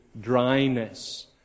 dryness